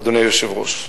אדוני היושב-ראש.